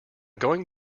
going